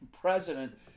president